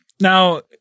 Now